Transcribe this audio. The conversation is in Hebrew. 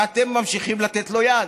ואתם ממשיכים לתת לו יד.